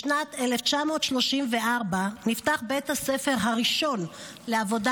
בשנת 1934 נפתח בירושלים בית הספר הראשון לעבודה